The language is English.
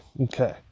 okay